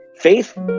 Faith